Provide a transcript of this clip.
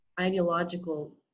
ideological